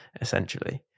essentially